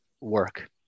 work